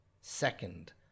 second